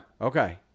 okay